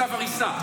צו הריסה.